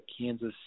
Kansas